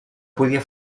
podia